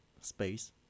space